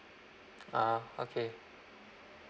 ah okay